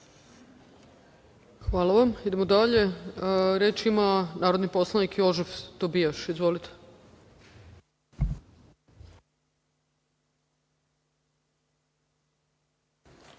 Hvala vam. Idemo dalje. Reč ima narodni poslanik Jožef Tobijaš. Izvolite.